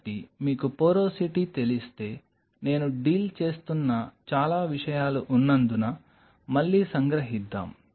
కాబట్టి మీకు పోరోసిటీ తెలిస్తే నేను డీల్ చేస్తున్న చాలా విషయాలు ఉన్నందున మళ్లీ సంగ్రహిద్దాం